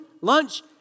lunch